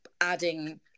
adding